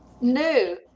no